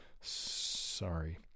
Sorry